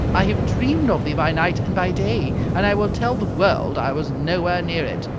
i have dreamed of thee by night and by day, and i will tell the world i was nowhere near it!